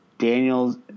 Daniels